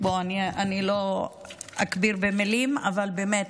אני לא אכביר במילים, אבל באמת,